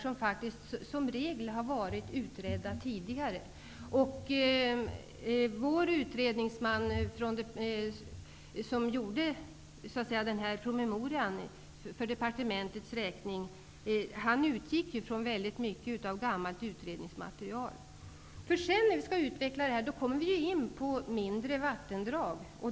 De är faktiskt som regel utredda tidigare. Den utredningsman som gjorde promemorian för departementets räkning utgick från mycket av gammalt utredningsmaterial. När vi sedan skall utveckla detta kommer vi in på mindre vattendrag.